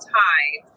time